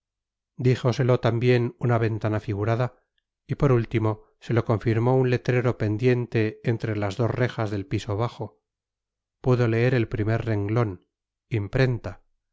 piedra díjoselo también una ventana figurada y por último se lo confirmó un letrero pendiente entre las dos rejas del piso bajo pudo leer el primer renglón imprenta